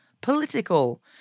political